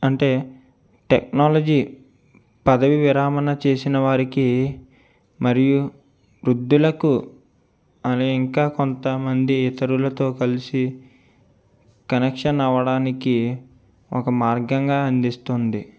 అంటే టెక్నాలజీ పదవీ విరామణ చేసిన వారికి మరియు వృద్ధులకు అనే ఇంకా కొంతమంది ఇతరులతో కలిసి కనెక్షన్ అవ్వడానికి ఒక మార్గంగా అందిస్తుంది